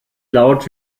laut